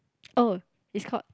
oh it's called